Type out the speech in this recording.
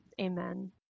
amen